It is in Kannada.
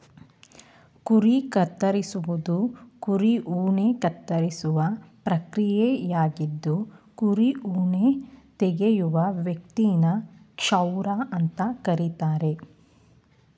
ಕುರಿ ಕತ್ತರಿಸುವುದು ಕುರಿ ಉಣ್ಣೆ ಕತ್ತರಿಸುವ ಪ್ರಕ್ರಿಯೆಯಾಗಿದ್ದು ಕುರಿ ಉಣ್ಣೆ ತೆಗೆಯುವ ವ್ಯಕ್ತಿನ ಕ್ಷೌರ ಅಂತ ಕರೀತಾರೆ